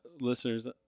listeners